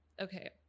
Okay